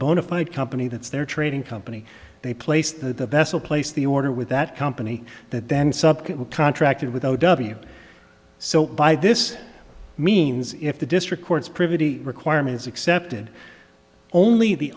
bona fide company that's their trading company they placed the vessel place the order with that company that then subsequently contracted with o w so by this means if the district court's privity requirements accepted only the